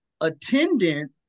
attendant